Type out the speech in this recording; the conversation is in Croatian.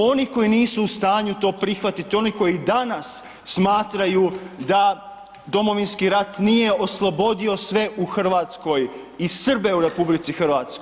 Oni koji nisu u stanju to prihvatiti, oni koji i danas smatraju da Domovinski rat nije oslobodio sve u Hrvatskoj i Srbe u RH.